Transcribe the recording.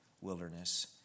wilderness